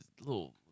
little